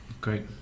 Great